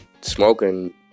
smoking